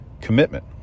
commitment